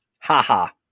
Ha-ha